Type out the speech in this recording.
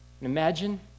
Imagine